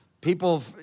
people